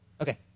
Okay